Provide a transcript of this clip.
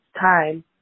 time